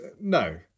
No